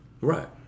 right